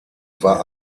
war